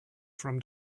from